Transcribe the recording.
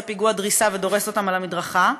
פיגוע דריסה ודורס אותם על המדרכה,